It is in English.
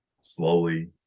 slowly